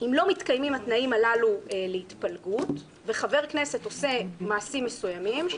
אם לא מתקיימים התנאים הללו להתפלגות וחבר כנסת עושה מעשים מסוימים,